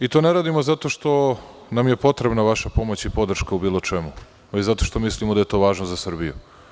Mi to ne radimo zato što nam je potrebna vaša pomoć i podrška u bilo čemu, već zato što mislimo da je to važno za Srbiju.